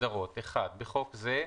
הגדרות1.בחוק זה,